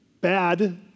bad